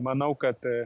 manau kad